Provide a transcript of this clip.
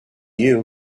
you